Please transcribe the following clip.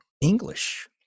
English